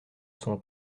son